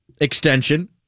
extension